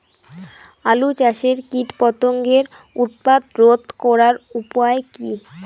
আলু চাষের কীটপতঙ্গের উৎপাত রোধ করার উপায় কী?